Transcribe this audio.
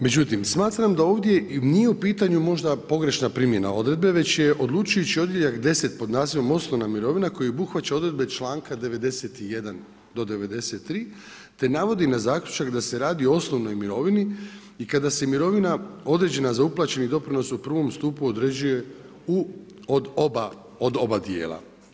Međutim, smatram da ovdje nije u pitanju možda pogrešna primjena odredbe već je odlučujući odjeljak 10 pod nazivom osnovna mirovina koji obuhvaća odredbe članka 91. do 93. te navodi na zaključak da se radi o osnovnoj mirovini i kada se mirovina određena za uplaćeni doprinos u prvom stupu određuje od oba dijela.